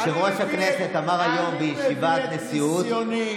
יושב-ראש הכנסת אמר היום בישיבת הנשיאות